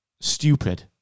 stupid